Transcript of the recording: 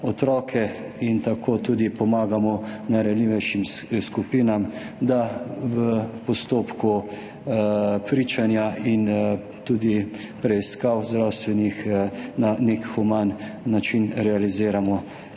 in tako tudi pomagamo najranljivejšim skupinam, da v postopku pričanja in zdravstvenih preiskav na nek human način realiziramo